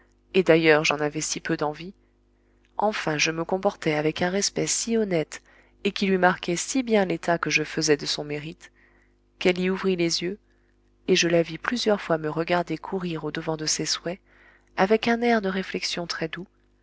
et d'ailleurs j'en avais si peu d'envie enfin je me comportais avec un respect si honnête et qui lui marquait si bien l'état que je faisais de son mérite qu'elle y ouvrit les yeux et je la vis plusieurs fois me regarder courir au-devant de ses souhaits avec un air de réflexion